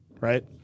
right